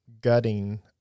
gutting